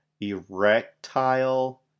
erectile